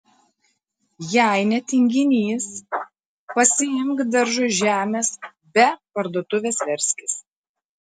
jei ne tinginys pasiimk daržui žemės be parduotuvės verskis